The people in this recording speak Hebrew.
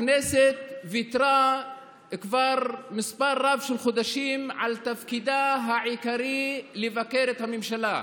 הכנסת ויתרה כבר מספר רב של חודשים על תפקידה העיקרי: לבקר את הממשלה.